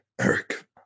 Eric